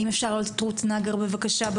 בבקשה,